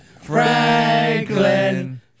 Franklin